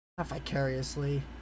vicariously